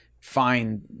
find